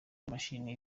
n’imashini